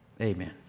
Amen